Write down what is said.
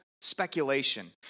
speculation